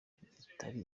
bitari